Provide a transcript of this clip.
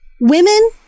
women